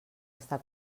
està